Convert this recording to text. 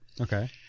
Okay